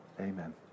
Amen